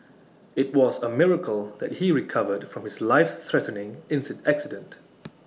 IT was A miracle that he recovered from his life threatening accident